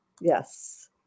Yes